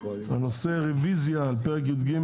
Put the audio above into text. הנושא: רביזיה על פרק י"ג,